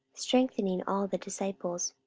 strengthening all the disciples.